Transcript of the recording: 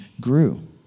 grew